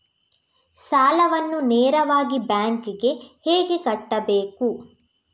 ಸಾಲವನ್ನು ನೇರವಾಗಿ ಬ್ಯಾಂಕ್ ಗೆ ಹೇಗೆ ಕಟ್ಟಬೇಕು?